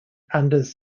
anders